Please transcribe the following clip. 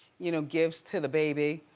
you know, gives to the baby.